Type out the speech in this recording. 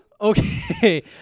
okay